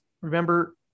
remember